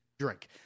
drink